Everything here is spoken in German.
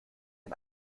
ein